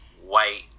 white